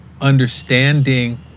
understanding